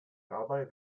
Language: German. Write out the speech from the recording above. dabei